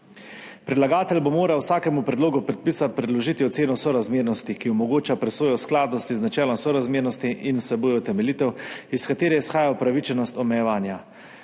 Predlagatelj bo moral vsakemu predlogu predpisa predložiti oceno sorazmernosti, ki omogoča presojo skladnosti z načelom sorazmernosti in vsebuje utemeljitev, iz katere izhaja upravičenost omejevanja.